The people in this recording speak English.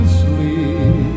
sleep